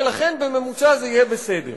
ולכן בממוצע זה יהיה בסדר.